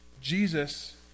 Jesus